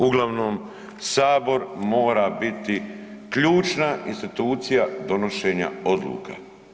Uglavnom sabor mora biti ključna institucija donošenja odluka.